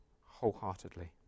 wholeheartedly